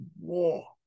war